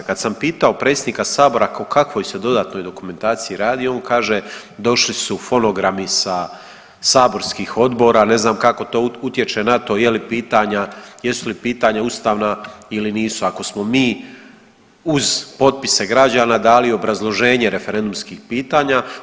Kad sam pitao predsjednika sabora o kakvoj se dodatnoj dokumentaciji radi, on kaže došli su fonogrami sa saborskih odbora, ne znam kako to utječe na to je li pitanja, jesu li pitanja ustavna ili nisu, ako smo mi uz potpise građana dali obrazloženje referendumskih pitanja.